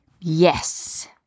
yes